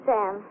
Sam